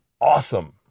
awesome